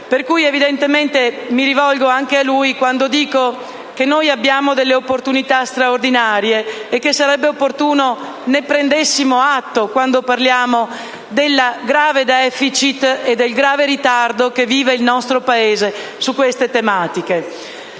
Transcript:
e quindi mi rivolgo, anche a lui quando dico che abbiamo opportunità straordinarie, di cui sarebbe opportuno che prendessimo atto quando parliamo del grave *deficit* e del grave ritardo che vive il nostro Paese su queste tematiche.